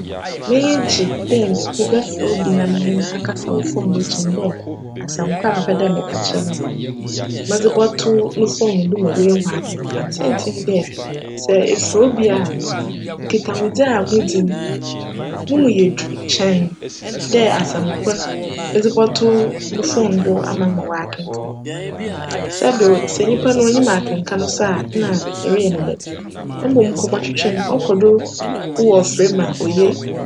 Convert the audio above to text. M'enyi gye dj mebjfrj obi na menye no akasa wc "phone" do kyen dj asjm kor a mepj dj meka kyerj no, medze bcto no "phone" do ma oehu akenkan. Siantsir nye dj, sj efrj obi a, nkitahodzi a wodzi no, no mu yj dur kyjn dj asjm kor no edze bctc no "phone" do ama no ma w'akenkan. Sjbew sj nyimpa no onnyim akenkan so a nna ereyj no djn, mbom nkcmbctwetwe no ckc do wc frj mu a oye.